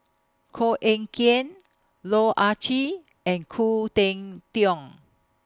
Koh Eng Kian Loh Ah Chee and Khoo Cheng Tiong